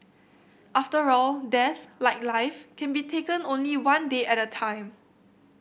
after all death like life can be taken only one day at a time